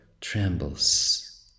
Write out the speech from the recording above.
trembles